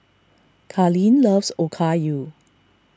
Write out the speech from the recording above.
Carleen loves Okayu